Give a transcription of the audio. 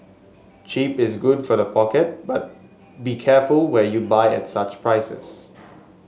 cheap is good for the pocket but be careful where you buy at such prices